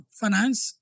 finance